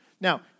Now